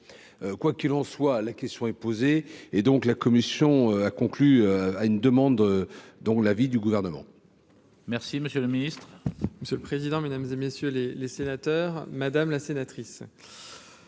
quoi qu'il en soit, la question est posée et donc, la Commission a conclu à une demande donc l'avis du gouvernement. Merci monsieur le ministre, monsieur le président, Mesdames et messieurs les les sénateurs, madame la sénatrice.